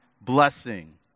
blessing